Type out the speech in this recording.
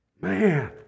Man